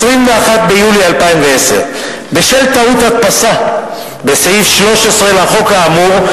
21 ביולי 2010. בשל טעות הדפסה בסעיף 13 לחוק האמור,